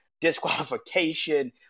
disqualification